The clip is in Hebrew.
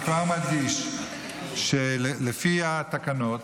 אני כבר מדגיש שלפי התקנות,